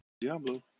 Diablo